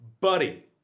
Buddy